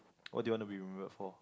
what do you want to be remembered for